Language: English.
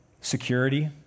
Security